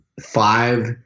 five